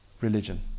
religion